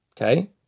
Okay